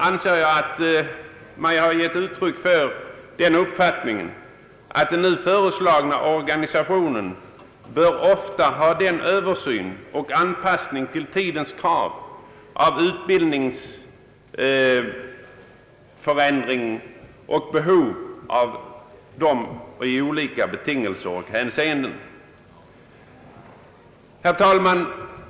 Med det sagda anser jag mig ha gett uttryck för uppfattningen att den nu föreslagna organisationen ofta bör få en översyn och att den bör anpassas till tidens krav på utbildningsförändring och behoven i olika hänseenden. Herr talman!